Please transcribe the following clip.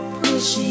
push